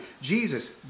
Jesus